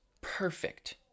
perfect